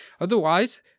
Otherwise